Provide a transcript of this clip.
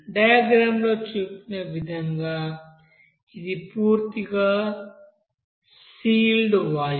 diagram లో చూపిన విధంగా ఇది పూర్తిగా సీల్డ్ వాల్యూమ్